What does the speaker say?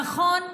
נכון,